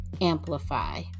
amplify